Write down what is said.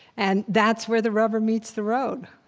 and that's where the rubber meets the road,